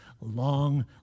Long